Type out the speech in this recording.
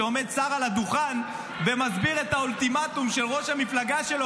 שעומד שר על הדוכן ומסביר את האולטימטום של ראש המפלגה שלו,